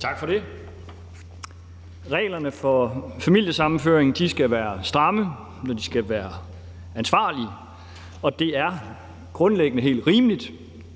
Tak for det. Reglerne for familiesammenføring skal være stramme, men de skal være ansvarlige, og det er grundlæggende helt rimeligt,